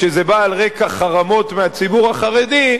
כשזה בא על רקע חרמות מהציבור החרדי,